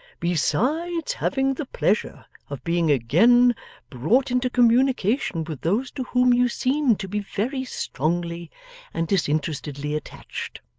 besides having the pleasure of being again brought into communication with those to whom you seem to be very strongly and disinterestedly attached.